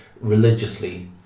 religiously